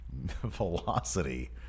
Velocity